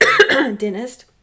dentist –